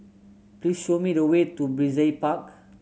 please show me the way to Brizay Park